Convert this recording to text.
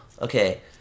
Okay